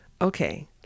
Okay